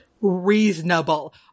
Reasonable